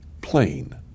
Plain